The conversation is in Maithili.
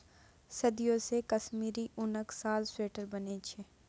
सदियों सँ कश्मीरी उनक साल, स्वेटर बनै छै